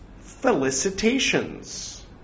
felicitations